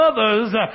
others